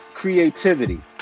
creativity